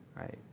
right